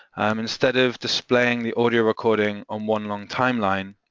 um instead of displaying the audio recording on one long timeline,